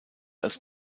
als